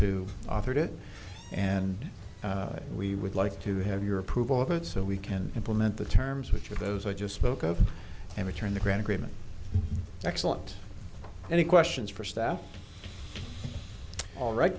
authored it and we would like to have your approval of it so we can implement the terms which are those i just spoke of and return the grand agreement excellent any questions for staff all right